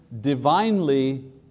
divinely